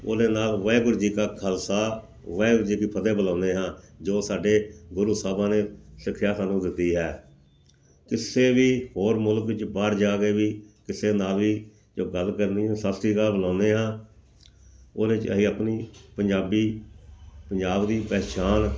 ਉਹਦੇ ਨਾਲ ਵਾਹਿਗੁਰੂ ਜੀ ਕਾ ਖਾਲਸਾ ਵਾਹਿਗੁਰੂ ਜੀ ਕੀ ਫਤਿਹ ਬੁਲਾਉਂਦੇ ਹਾਂ ਜੋ ਸਾਡੇ ਗੁਰੂ ਸਾਹਿਬਾਂ ਨੇ ਸਿੱਖਿਆ ਸਾਨੂੰ ਦਿੱਤੀ ਹੈ ਕਿਸੇ ਵੀ ਹੋਰ ਮੁਲਕ ਵਿੱਚ ਬਾਹਰ ਜਾ ਕੇ ਵੀ ਕਿਸੇ ਨਾਲ ਵੀ ਜੋ ਗੱਲ ਕਰਨੀ ਤਾਂ ਸਤਿ ਸ਼੍ਰੀ ਅਕਾਲ ਬੁਲਾਉਂਦੇ ਹਾਂ ਕੋਲਜ 'ਚ ਅਸੀਂ ਆਪਣੀ ਪੰਜਾਬੀ ਪੰਜਾਬ ਦੀ ਪਹਿਚਾਣ